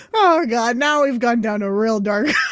oh, god. now we've gone down a real dark